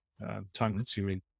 time-consuming